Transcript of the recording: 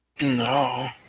No